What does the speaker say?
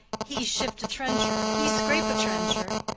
he shift a trencher! he scrape a trencher!